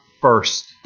first